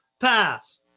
pass